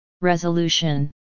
Resolution